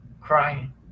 crying